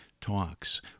talks